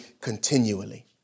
continually